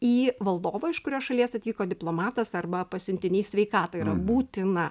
į valdovą iš kurios šalies atvyko diplomatas arba pasiuntinys sveikatą yra būtina